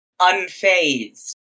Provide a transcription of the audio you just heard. unfazed